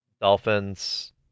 Dolphins